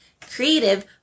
creative